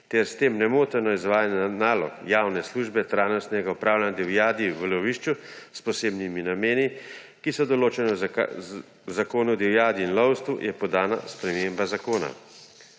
ter s tem nemoteno izvajanje nalog javne službe trajnostnega upravljanja divjadi v lovišču s posebnim namenom, ki so določena v Zakonu o divjadi in lovstvu, je podana sprememba zakona.